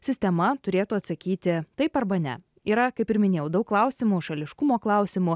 sistema turėtų atsakyti taip arba ne yra kaip ir minėjau daug klausimų šališkumo klausimų